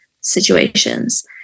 situations